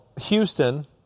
Houston